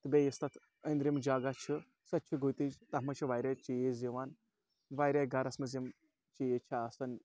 تہٕ بیٚیہِ یُس تَتھ أنٛدرِم جگہ چھِ سوٚتہِ چھِ گُتٕجۍ تَتھ منٛز چھِ واریاہ چیٖز یِوان واریاہ گَرَس منٛز یِم چیٖز چھِ آسان